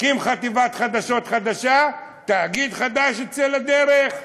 תקים חטיבת חדשות חדשה, תאגיד חדש יצא לדרך,